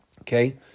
Okay